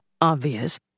obvious